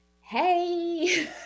Hey